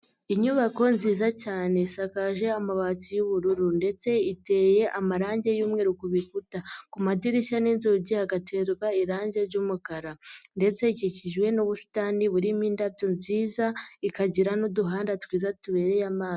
Inyubako nziza cyane isakaje amabati y'ubururu ndetse iteye amarangi y'umweru ku bikuta, ku madirishya n'inzugi hagaterwa irangi ry'umukara ndetse ikikikijwe n'ubusitani burimo indabyo nziza ikagira n'uduhanda twiza tubereye amaso.